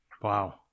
Wow